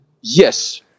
yes